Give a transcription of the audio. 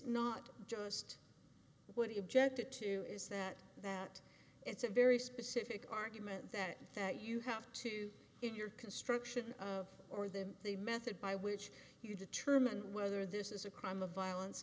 not just what he objected to is that that it's a very specific argument that that you have to in your construction of or the the method by which you determine whether this is a crime of violence